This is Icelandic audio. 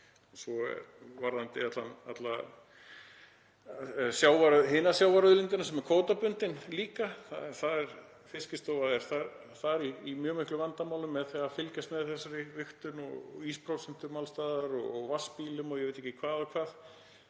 Og varðandi hina sjávarauðlindina sem er kvótabundin, þar er Fiskistofa í mjög miklum vandamálum með að fylgjast með þessari vigtun og ísprósentu og vatnsbílum og ég veit ekki hvað og hvað.